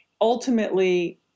Ultimately